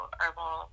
herbal